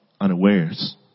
unawares